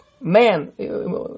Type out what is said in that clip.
man